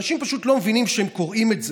אנשים פשוט לא מבינים כשהם קוראים את זה.